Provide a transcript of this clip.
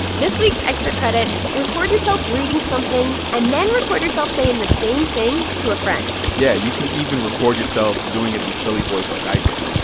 this week's extra credit record yourself reading something and then record yourself saying the same thing to a friend yeah, you could even record yourself doing it in silly voice like i did.